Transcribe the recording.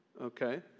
Okay